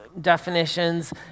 definitions